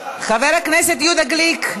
חבר הכנסת יהודה גליק,